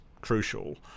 crucial